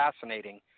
fascinating